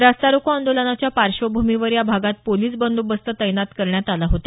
रास्तारोको आंदोलनाच्या पार्श्वभूमीवर या भागात पोलीस बंदोबस्त तैनात करण्यात आला होता